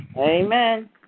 Amen